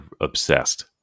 obsessed